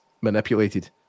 manipulated